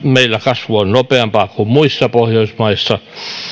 meillä kasvu on nopeampaa kuin muissa pohjoismaissa